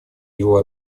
его